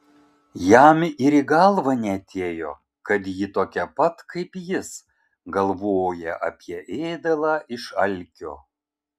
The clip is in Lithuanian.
jam ir į galvą neatėjo kad ji tokia pat kaip jis galvoja apie ėdalą iš alkio